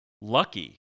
Lucky